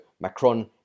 Macron